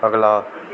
ਅਗਲਾ